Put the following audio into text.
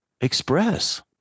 express